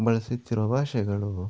ಬಳಸುತ್ತಿರುವ ಭಾಷೆಗಳು